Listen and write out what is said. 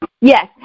Yes